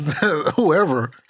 Whoever